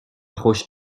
خوش